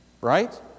Right